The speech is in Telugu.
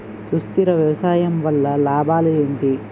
సుస్థిర వ్యవసాయం వల్ల లాభాలు ఏంటి?